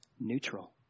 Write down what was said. neutral